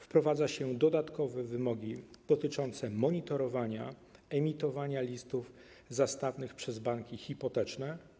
Wprowadza się dodatkowe wymogi dotyczące monitorowania emitowania listów zastawnych przez banki hipoteczne.